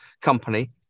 company